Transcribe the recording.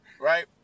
right